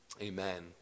Amen